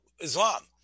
islam